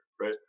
right